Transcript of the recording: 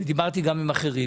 ודיברתי גם עם אחרים,